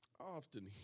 often